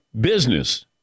business